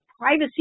privacy